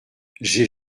j’ai